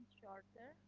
shorter